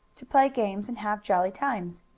to play games, and have jolly times.